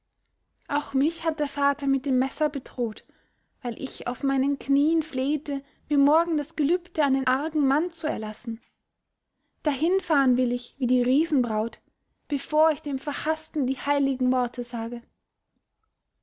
auch mich hat der vater mit dem messer bedroht weil ich auf meinen knien flehte mir morgen das gelübde an den argen mann zu erlassen dahinfahren will ich wie die riesenbraut bevor ich dem verhaßten die heiligen worte sage